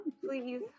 please